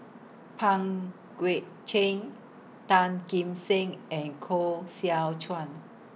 Pang Guek Cheng Tan Kim Seng and Koh Seow Chuan